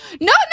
No